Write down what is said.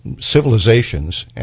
civilizations